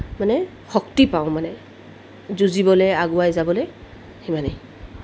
মানে শক্তি পাওঁ মানে যুঁজিবলৈ আগুৱাই যাবলৈ সিমানেই